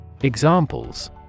Examples